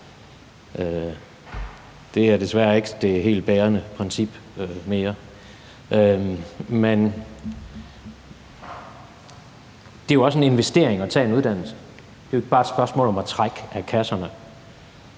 Det er desværre ikke det helt bærende princip mere. Men det er jo også en investering at tage en uddannelse. Det er jo ikke bare et spørgsmål om at trække af kasserne.